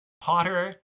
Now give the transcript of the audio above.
Potter